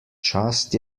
čast